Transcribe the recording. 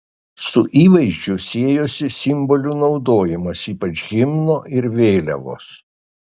su įvaizdžiu siejosi simbolių naudojimas ypač himno ir vėliavos